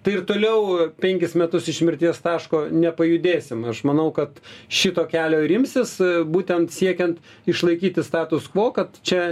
tai ir toliau penkis metus iš mirties taško nepajudėsim aš manau kad šito kelio ir imsis būtent siekiant išlaikyti status kvo kad čia